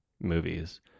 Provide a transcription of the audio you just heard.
movies